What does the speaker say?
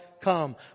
come